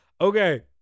Okay